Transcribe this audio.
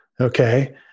Okay